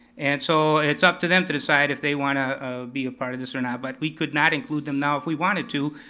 and so it's up to them to decide if they want to be a part of this or not, but we could not include them now if we wanted to.